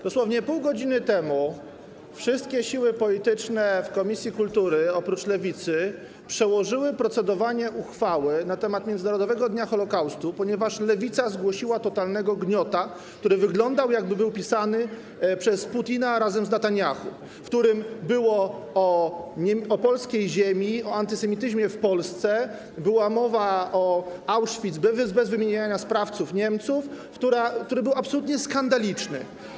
Dosłownie pół godziny temu wszystkie siły polityczne, oprócz Lewicy, w komisji kultury przełożyły procedowanie uchwały na temat międzynarodowego dnia ofiar Holokaustu, ponieważ Lewica zgłosiła totalnego gniota, który wyglądał, jakby był pisany przez Putina razem z Netanjahu, w którym było o polskiej ziemi, o antysemityzmie w Polsce, była mowa o Auschwitz, bez wymieniania sprawców, Niemców, który był absolutnie skandaliczny.